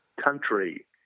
country